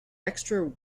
extra